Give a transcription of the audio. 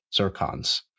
zircons